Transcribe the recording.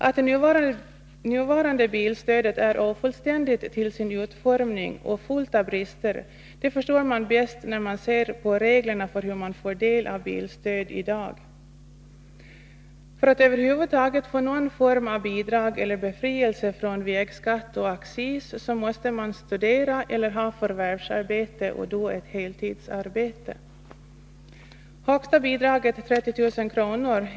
Att det nuvarande bilstödet är ofullständigt till sin utformning och fullt av brister förstår man bäst när man ser på reglerna för hur man får del av bilstöd i dag. För att över huvud taget få någon form av bidrag eller befrielse från vägskatt och accis måste man studera eller ha förvärvsarbete, och då ett heltidsarbete. Det högsta bidraget — 30 000 kr.